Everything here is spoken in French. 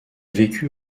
vécu